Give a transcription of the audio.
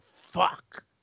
fuck